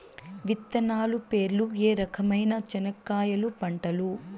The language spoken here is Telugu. విత్తనాలు పేర్లు ఏ రకమైన చెనక్కాయలు పంటలు?